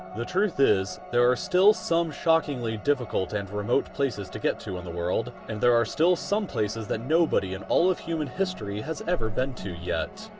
the truth is, there are still some shockingly difficult and remote places to get to in the world, and there are still some places that nobody in all of human history has ever been to yet!